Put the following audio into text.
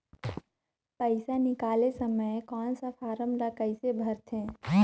पइसा निकाले समय कौन सा फारम ला कइसे भरते?